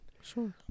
Sure